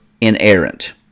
inerrant